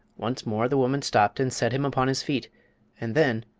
once more the woman stopped and set him upon his feet and then,